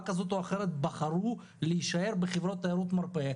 כזאת או אחרת בחרו להשאר בחברות תיירות מרפא.